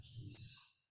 Peace